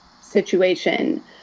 situation